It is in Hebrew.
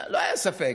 לא היה ספק.